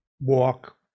walk